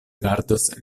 gardos